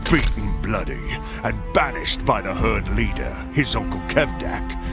beaten bloody and banished by the herd leader, his uncle kevdak,